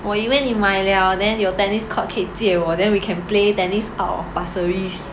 我以为你买 liao then your tennis court 可以借我 then we can play tennis out of pasir ris